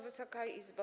Wysoka Izbo!